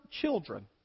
children